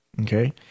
Okay